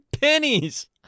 pennies